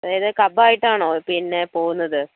അതായത് കഫം ആയിട്ടാണോ പിന്നെ പോകുന്നത്